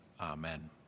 Amen